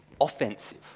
offensive